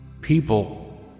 People